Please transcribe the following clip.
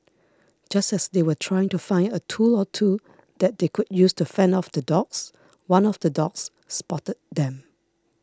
just as they were trying to find a tool or two that they could use to fend off the dogs one of the dogs spotted them